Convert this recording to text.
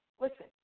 Listen